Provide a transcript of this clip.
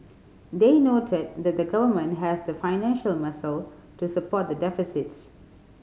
they noted that the Government has the financial muscle to support the deficits